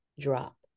drop